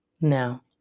Now